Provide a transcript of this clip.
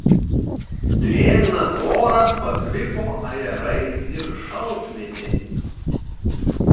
drėgnas oras pakvipo ajerais ir šaltmėtėmis